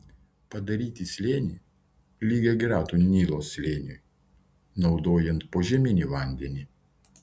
padaryti slėnį lygiagretų nilo slėniui naudojant požeminį vandenį